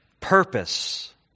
purpose